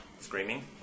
screaming